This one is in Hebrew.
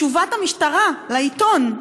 תשובת המשטרה לעיתון,